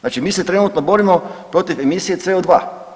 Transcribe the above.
Znači mi se trenutno borimo protiv emisije CO2.